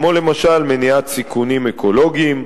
למשל מניעת סיכונים אקולוגיים,